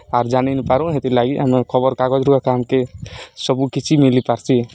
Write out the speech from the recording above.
ଆର୍ ଜାନି ନିପାରୁ ହେଥିର୍ଲାଗି ଆମେ ଖବର୍କାଗଜ୍ରୁୁ ଏକା ଆମ୍କେ ସବୁକିଛି ମିଲି ପାର୍ସି